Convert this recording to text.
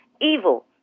evil